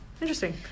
interesting